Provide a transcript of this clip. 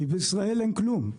בישראל אין כלום,